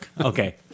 Okay